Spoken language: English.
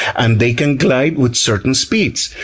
and they can glide with certain speeds.